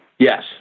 Yes